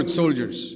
soldiers